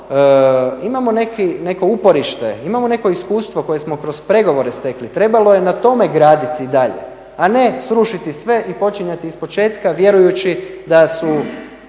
imamo neko uporište, imamo neko iskustvo koje smo kroz pregovore stekli, trebalo je na tome graditi dalje, a ne srušiti sve i počinjati iz početka vjerujući da su